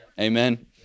amen